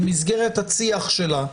במסגרת הצי"ח שלה,